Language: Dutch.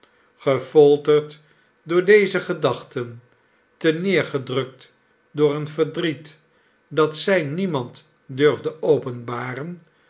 gefolterd door deze gedachten ter neer gedrukt door een verdriet dat zij niemand durfde openbaren